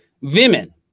women